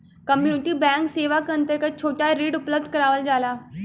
community bank सेवा क अंतर्गत छोटा ऋण उपलब्ध करावल जाला